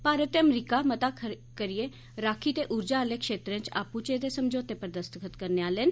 भारत ते अमरीका मता करियै राक्खी ते उर्जा आले क्षेत्रें च आपूंचे दे समझौते पर दस्तखत करने आले न